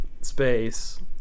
space